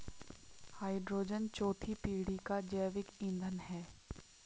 hydrogen चौथी पीढ़ी का जैविक ईंधन है